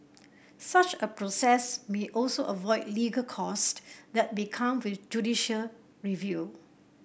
such a process may also avoid illegal cost that become with judicial review